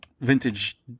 vintage